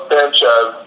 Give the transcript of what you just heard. Sanchez